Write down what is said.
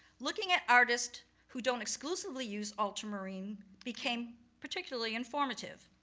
looking at artists who don't exclusively use ultramarine became particularly informative.